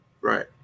Right